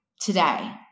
today